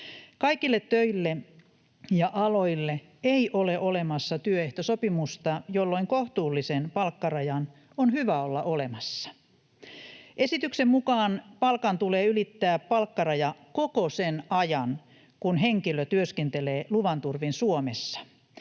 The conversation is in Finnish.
Kaikille töille ja aloille ei ole olemassa työehtosopimusta, jolloin kohtuullisen palkkarajan on hyvä olla olemassa. Esityksen mukaan palkan tulee ylittää palkkaraja koko sen ajan, kun henkilö työskentelee luvan turvin Suomessa.